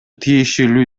тиешелүү